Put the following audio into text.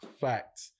fact